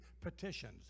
petitions